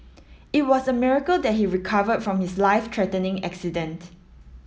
it was a miracle that he recovered from his life threatening accident